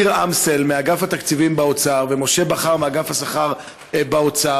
ניר אמסל מאגף התקציבים באוצר ומשה בכר מאגף השכר באוצר,